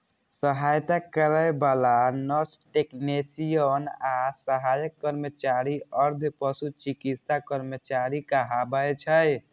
सहायता करै बला नर्स, टेक्नेशियन आ सहायक कर्मचारी अर्ध पशु चिकित्सा कर्मचारी कहाबै छै